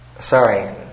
sorry